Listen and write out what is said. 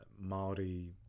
Maori